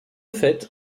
fait